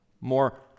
more